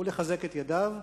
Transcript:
ולחזק את ידיו.